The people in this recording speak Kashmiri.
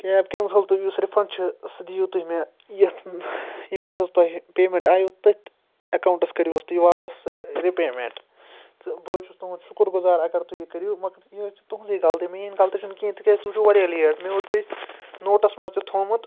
کیب کینسَل تہٕ یُس رِفَنڈ چھُ سُہ دِیو تُہۍ مےٚ یَتھ ییٚمہِ پٮ۪ٹھ حظ تۄہہِ پیمیٚنٛٹ آیو تٔتھۍ ایکونٛٹَس کٔرِو حظ تُہۍ واپَس سُہ رِپیمیٚنٛٹ تہٕ بہٕ حظ چھُس تہنٛد شکر گُزار اَگر تُہۍ یہِ کٔرِو مگر یہِ حظ چھِ تہنٛزٕے غلطی میٛٲنۍ غلطی چھَنہٕ کیٚنہہ تِکیٛازِ تُہۍ چھُو واریاہ لیٹ مےٚ اوس بیٚیہِ نوٹَس منٛز تہِ تھومُت